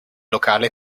locale